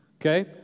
Okay